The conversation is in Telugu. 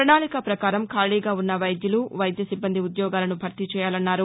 ప్రణాళిక ప్రకారం ఖాళీగా ఉన్న వైద్యులు వైద్య సిబ్బంది ఉద్యోగాలను భర్తీచేయాలన్నారు